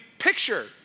picture